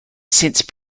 since